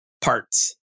parts